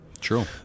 True